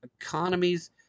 economies